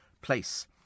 place